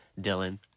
Dylan